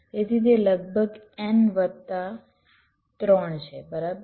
તેથી તે લગભગ n વત્તા 3 છે બરાબર